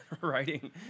writing